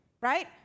Right